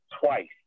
twice